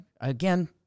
again